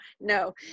No